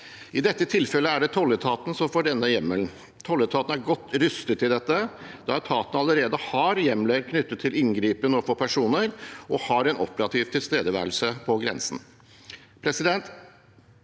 I dette tilfellet er det tolletaten som får denne hjemmelen. Tolletaten er godt rustet til dette, da etaten allerede har hjemler knyttet til inngripen overfor personer og har en operativ tilstedeværelse på grensen. Det